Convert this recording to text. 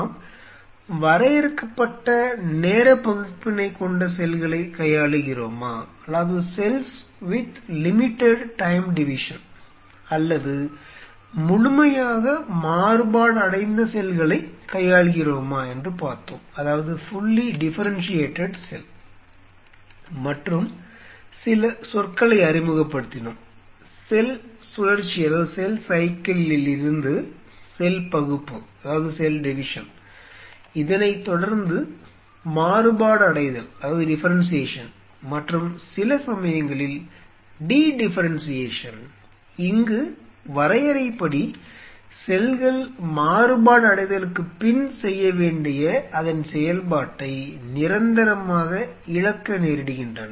நாம் வரையறுக்கப்பட்ட நேரப் பகுப்பினைக் கொண்ட செல்களைக் கையாளுகிறோமா அல்லது முழுமையாக மாறுபாடடைந்த செல்களைக் கையாள்கிறோமா என்று பார்த்தோம் மற்றும் சில சொற்களை அறிமுகப்படுத்தினோம் செல் சுழற்சியிலிருந்து செல் பகுப்பு இதனைத் தொடர்ந்து மாறுபாடடைதல் மற்றும் சில சமயங்களில் டி டிஃபெரென்ஷியேஷன் இங்கு வரையறைப்படி செல்கள் மாறுபாடடைதலுக்குப் பின் செய்யவேண்டிய அதன் செயல்பாட்டை நிரந்தரமாக இழக்க நேரிடுகின்றன